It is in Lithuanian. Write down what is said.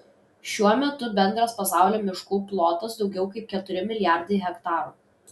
šiuo metu bendras pasaulio miškų plotas daugiau kaip keturi milijardai hektarų